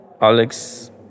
Alex